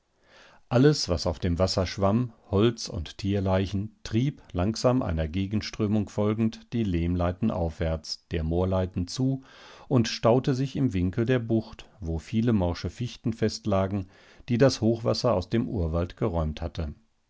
alles was auf dem wasser schwamm holz und tierleichen trieb langsam einer gegenströmung folgend die lehmleiten aufwärts der moorleiten zu und staute sich im winkel der bucht wo viele morsche fichten festlagen die das hochwasser aus dem urwald geräumt hatte